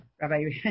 Rabbi